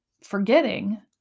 forgetting